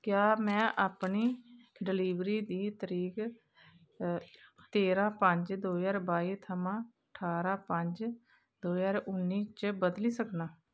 क्या में अपनी डिलीवरी दी तरीक तेरहां पंज दो ज्हार बाई थमां ठारां पंज दो ज्हार उन्नी च बदली सकनां